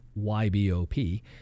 YBOP